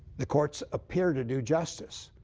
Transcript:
the courts appear to do justice.